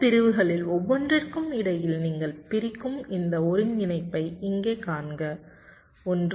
இந்த பிரிவுகளில் ஒவ்வொன்றிற்கும் இடையில் நீங்கள் பிரிக்கும் இந்த ஒருங்கிணைப்பை இங்கே காண்க 1 2 3